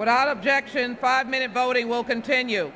without objection five minute voting will continue